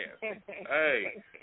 Hey